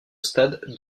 stade